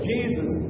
Jesus